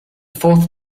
fourth